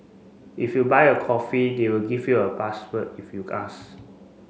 if you buy a coffee they'll give you a password if you ask